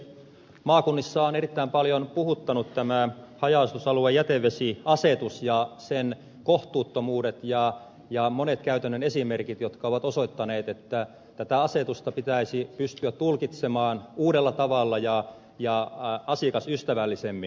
maakunnissa on erittäin paljon puhuttanut tämä haja asutusalueiden jätevesiasetus ja sen kohtuuttomuudet ja monet käytännön esimerkit jotka ovat osoittaneet että tätä asetusta pitäisi pystyä tulkitsemaan uudella tavalla ja asiakasystävällisemmin